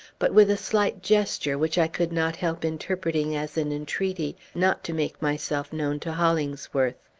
but with a slight gesture, which i could not help interpreting as an entreaty not to make myself known to hollingsworth.